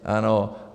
Ano.